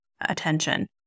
attention